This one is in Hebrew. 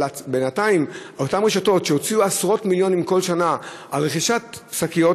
אבל בינתיים אותן רשתות שהוציאו עשרות-מיליונים כל שנה על רכישת שקיות,